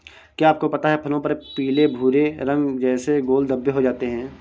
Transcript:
क्या आपको पता है फलों पर पीले भूरे रंग जैसे गोल धब्बे हो जाते हैं?